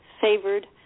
favored